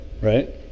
Right